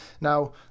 Now